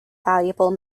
valuable